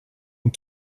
und